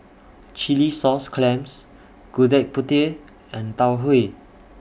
Chilli Sauce Clams Gudeg Putih and Tau Huay